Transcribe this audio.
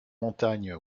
montagnes